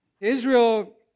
Israel